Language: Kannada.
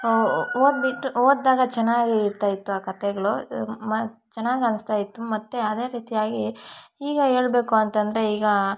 ಓದ್ಬಿಟ್ಟು ಓದಿದಾಗ ಚೆನ್ನಾಗೇ ಇರ್ತಾಯಿತ್ತು ಆ ಕತೆಗ್ಳು ಮ ಚೆನ್ನಾಗಿ ಅನ್ನಿಸ್ತಾಯಿತ್ತು ಮತ್ತೆ ಅದೇ ರೀತಿಯಾಗಿ ಈಗ ಹೇಳಬೇಕು ಅಂತಂದರೆ ಈಗ